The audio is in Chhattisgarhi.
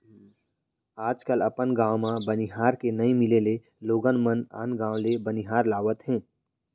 आज कल अपन गॉंव म बनिहार के नइ मिले ले लोगन मन आन गॉंव ले बनिहार लावत हें